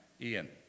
Ian